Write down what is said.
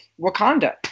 Wakanda